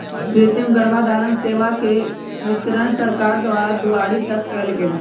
कृतिम गर्भधारण सेवा के वितरण सरकार द्वारा दुआरी तक कएल गेल